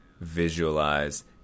visualize